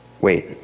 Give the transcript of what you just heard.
Wait